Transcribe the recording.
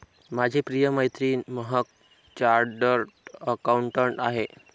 माझी प्रिय मैत्रीण महक चार्टर्ड अकाउंटंट आहे